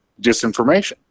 disinformation